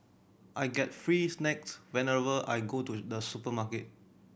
I get free snacks whenever I go to the supermarket